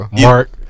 Mark